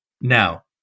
Now